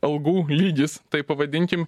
algų lygis taip pavadinkim